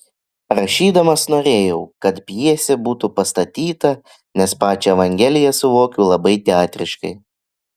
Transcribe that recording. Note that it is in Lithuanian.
rašydamas norėjau kad pjesė būtų pastatyta nes pačią evangeliją suvokiu labai teatriškai